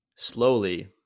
slowly